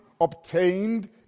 obtained